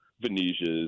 Venetia's